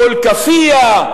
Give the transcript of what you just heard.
כל כאפיה,